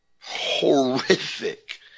horrific